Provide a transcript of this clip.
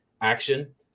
action